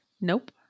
Nope